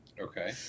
Okay